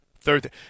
third